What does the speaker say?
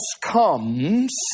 comes